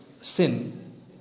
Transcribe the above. Sin